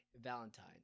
Valentine